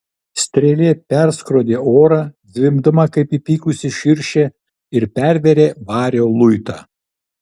strėlė perskrodė orą zvimbdama kaip įpykusi širšė ir pervėrė vario luitą